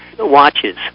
Watches